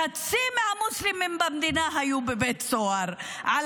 חצי מהמוסלמים במדינה היו בבית סוהר על